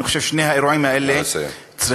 אני חושב ששני האירועים האלה צריכים,